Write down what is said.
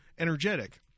energetic